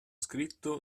scritto